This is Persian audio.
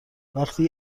وقتی